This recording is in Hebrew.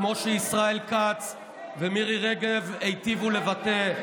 כמו שישראל כץ ומירי רגב היטיבו לבטא,